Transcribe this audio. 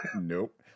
Nope